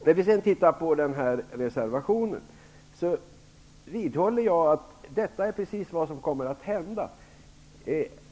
När det gäller reservationen vidhåller jag att den syftar till precis det som kommer att hända.